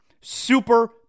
Super